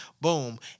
Boom